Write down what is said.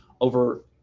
over